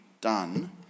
done